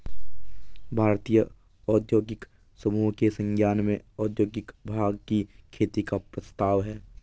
भारतीय औद्योगिक समूहों के संज्ञान में औद्योगिक भाँग की खेती का प्रस्ताव है